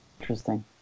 Interesting